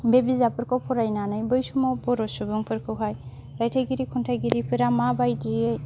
बे बिजाबफोरखौ फरायनानै बै समाव बर' सुबुंफोरखौहाय रायथायगिरि खन्थाइगिरिफोरा माबायदियै